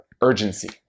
urgency